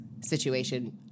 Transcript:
situation